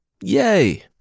Yay